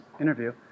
interview